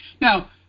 Now